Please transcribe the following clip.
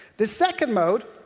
the second mode,